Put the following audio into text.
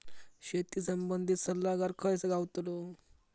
शेती संबंधित सल्लागार खय गावतलो?